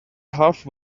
half